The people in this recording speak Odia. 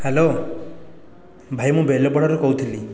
ହ୍ୟାଲୋ ଭାଇ ମୁଁ ବେଲପଡ଼ାରୁ କହୁଥିଲି